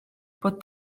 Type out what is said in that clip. bod